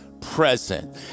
present